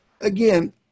again